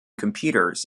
computers